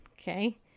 Okay